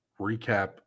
Recap